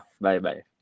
bye-bye